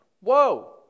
Whoa